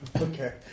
Okay